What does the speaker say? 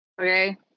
Okay